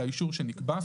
אלא אישור שנקבע,